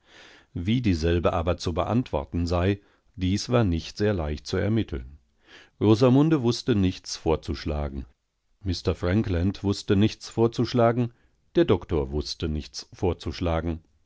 wie dieselbe aber zu beantworten sei dies war nicht sehr leicht zu ermitteln rosamundewußtenichtsvorzuschlagen mr franklandwußtenichtsvorzuschlagen der doktor wußte nichts vorzuschlagen